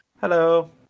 Hello